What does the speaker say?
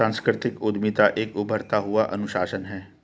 सांस्कृतिक उद्यमिता एक उभरता हुआ अनुशासन है